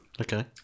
Okay